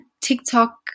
TikTok